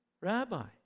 Rabbi